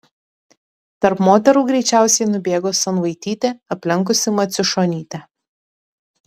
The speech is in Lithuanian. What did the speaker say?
tarp moterų greičiausiai nubėgo sanvaitytė aplenkusi maciušonytę